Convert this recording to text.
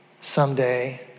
someday